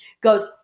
goes